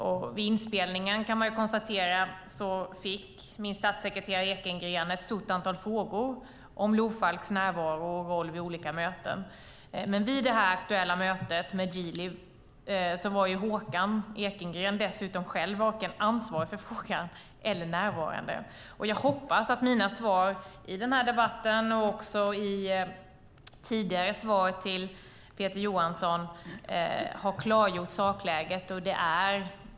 Man kan konstatera att min statssekreterare Ekengren i samband med inspelningen fick ett stort antal frågor om Lofalks närvaro och roll vid olika möten. Vid det aktuella mötet med Geely var Håkan Ekengren dock varken ansvarig för frågan eller närvarande. Jag hoppas att mina svar i den här debatten och också tidigare svar till Peter Johnsson har klargjort sakläget.